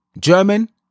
German